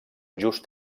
just